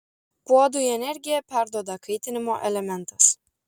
puodui energiją perduoda kaitinimo elementas